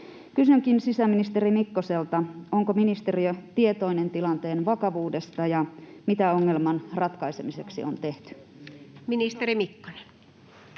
Kysynkin sisäministeri Mikkoselta: onko ministeriö tietoinen tilanteen vakavuudesta ja mitä ongelman ratkaisemiseksi on tehty? [Speech